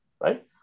right